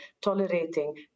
tolerating